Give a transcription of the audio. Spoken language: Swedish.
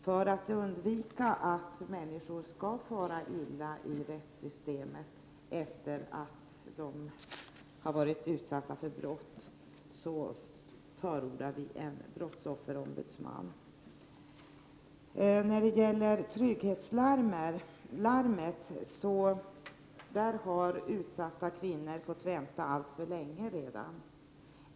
För att undvika att människor far illa i rättssystemet efter det att de varit utsatta för brott förordar vi en brottsofferombudsman. Trygghetslarm har utsatta kvinnor fått vänta på alltför länge redan.